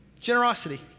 Generosity